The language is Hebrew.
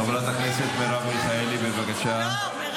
חברת הכנסת מרב מיכאלי, בבקשה.